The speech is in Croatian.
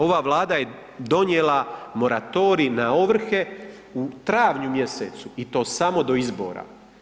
Ova Vlada je donijela moratorij na ovrhe u travnju mjesecu i to samo do izbora.